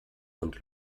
und